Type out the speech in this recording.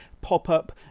pop-up